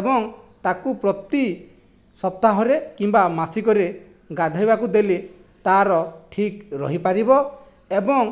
ଏବଂ ତାକୁ ପ୍ରତି ସପ୍ତାହରେ କିମ୍ବା ମାସିକରେ ଗାଧେଇବାକୁ ଦେଲେ ତାର ଠିକ୍ ରହିପାରିବ ଏବଂ